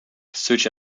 such